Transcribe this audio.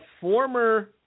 former